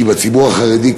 כי בציבור החרדי,